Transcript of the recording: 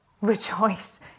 rejoice